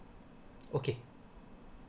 okay